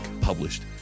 published